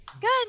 Good